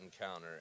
encounter